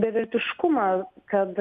beviltiškumą kad